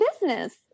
business